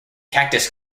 cactus